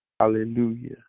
Hallelujah